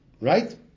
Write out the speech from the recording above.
Right